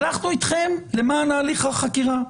הלכנו איתכם למען הליך החקירה.